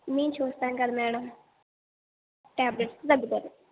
మేము చూస్తాము కదా మేడమ్ టాబ్లెట్స్తో తగ్గిపోతుంది